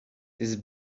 this